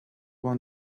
vingt